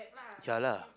ya lah